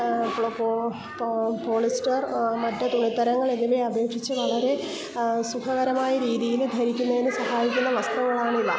polyester മറ്റ് തുണിത്തരങ്ങൾ എന്നിവയെ അപേക്ഷിച്ച് വളരെ സുഖകരമായ രീതിയിൽ ധരിക്കുന്നതിന് സഹായിക്കുന്ന വസ്ത്രങ്ങളാണിവ